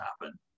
happen